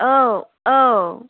औ औ